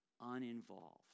uninvolved